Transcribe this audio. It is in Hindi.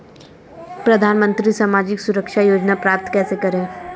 प्रधानमंत्री सामाजिक सुरक्षा योजना प्राप्त कैसे करें?